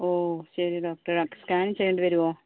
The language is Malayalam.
ഓ ശരി ഡോക്ടറെ അപ്പം സ്കാൻ ചെയ്യണ്ടി വരുവോ